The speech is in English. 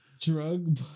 Drug